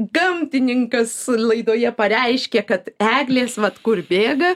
gamtininkas laidoje pareiškė kad eglės vat kur bėga